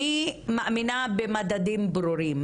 אני מאמינה במדדים ברורים.